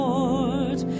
Lord